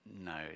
No